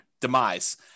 demise